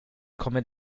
komme